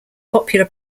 popular